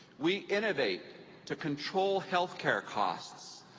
we innovate to control health care costs,